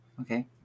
Okay